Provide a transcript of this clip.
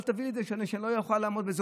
אל תביאו את זה, כי אני לא אוכל לעמוד בזה.